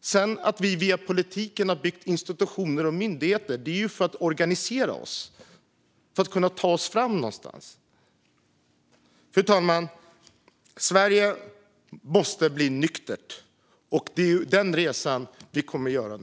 Sedan har vi via politiken byggt institutioner och myndigheter för att organisera oss och kunna ta oss fram någonstans. Fru talman! Sverige måste bli nyktert. Det är den resan vi kommer att göra nu.